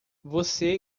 você